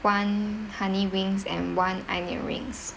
one honey wings and one onion rings